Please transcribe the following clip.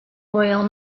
royal